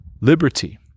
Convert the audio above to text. liberty